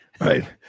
Right